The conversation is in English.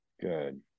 good